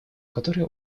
которые